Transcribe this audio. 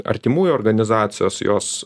artimųjų organizacijos jos